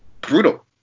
brutal